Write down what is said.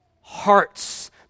hearts